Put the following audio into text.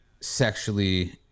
sexually